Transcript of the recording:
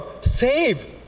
saved